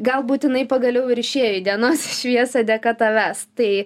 gal būt jinai pagaliau ir išėjo į dienos šviesą dėka tavęs tai